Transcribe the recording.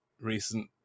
recent